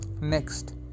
Next